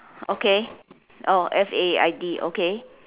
okay oh f a i d okay